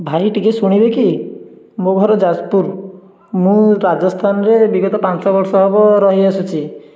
ଭାଇ ଟିକେ ଶୁଣିବେ କି ମୋ ଘର ଯାଜପୁର ମୁଁ ରାଜସ୍ଥାନରେ ବିଗତ ପାଞ୍ଚ ବର୍ଷ ହେବ ରହି ଆସୁଛି